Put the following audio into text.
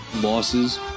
losses